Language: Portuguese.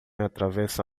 atravessa